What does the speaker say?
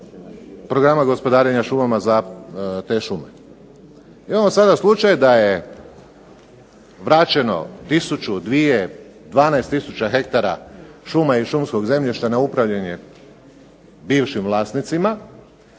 programa gospodarenja šumama za te šume. Imamo sada slučaj da je vraćeno tisuću, dvije, 12 tisuća hektara šuma i šumskog zemljišta na upravljanje bivšim vlasnicima,